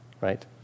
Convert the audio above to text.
right